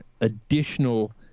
additional